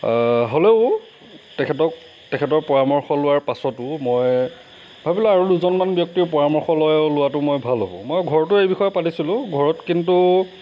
হ'লেও তেখেতক তেখেতৰ পৰামৰ্শ লোৱাৰ পাছতো মই ভাবিলোঁ আৰু দুজনমান ব্যক্তিক পৰামৰ্শ লৈ লোৱাটো মই ভাল হ'ব মই ঘৰতো এই বিষয়ে পাতিছিলোঁ ঘৰত কিন্তু